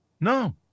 No